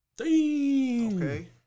okay